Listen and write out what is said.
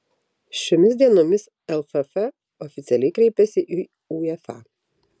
šiomis dienomis lff oficialiai kreipėsi į uefa